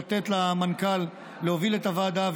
לתת למנכ"ל להוביל את הוועדה.